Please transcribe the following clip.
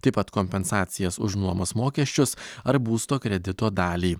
taip pat kompensacijas už nuomos mokesčius ar būsto kredito dalį